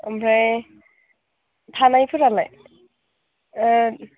ओमफ्राय थानायफोरालाय